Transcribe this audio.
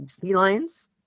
felines